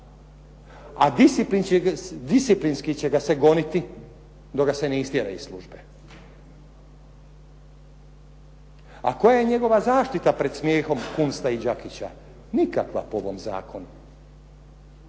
a disciplinski će ga se goniti dok ga se ne istjera iz službe. A koja je njegova zaštita pred smijehom Kunsta i Đakića? Nikakva po ovom zakonu.